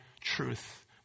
truth